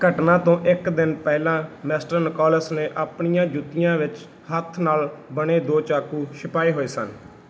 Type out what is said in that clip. ਘਟਨਾ ਤੋਂ ਇੱਕ ਦਿਨ ਪਹਿਲਾਂ ਮਿਸਟਰ ਨਿਕੋਲਸ ਨੇ ਆਪਣੀਆਂ ਜੁੱਤੀਆਂ ਵਿੱਚ ਹੱਥ ਨਾਲ ਬਣੇ ਦੋ ਚਾਕੂ ਛੁਪਾਏ ਹੋਏ ਸਨ